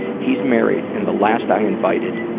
he's married, and the last i invited